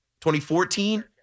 2014